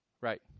Right